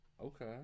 Okay